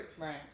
Right